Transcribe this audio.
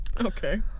Okay